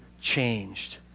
changed